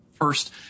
First